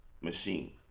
machine